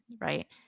right